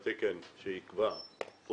הפיגום הזה שהוא לא מתאים לתקן שייקבע פה